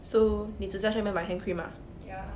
so 你只是要去那边买 hand cream ah